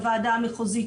לוועדה המחוזית,